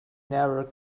never